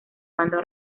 bando